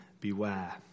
beware